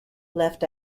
left